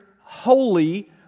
holy